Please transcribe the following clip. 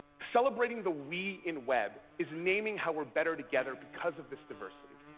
celebrating the we in web is naming how we're better together because of this diversity.